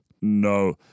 No